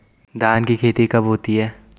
धान की खेती कब होती है?